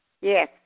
Yes